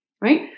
right